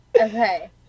Okay